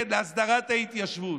כן להסדרת ההתיישבות,